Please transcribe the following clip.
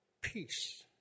peace